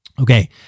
Okay